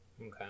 Okay